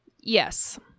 Yes